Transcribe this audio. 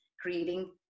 creating